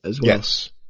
Yes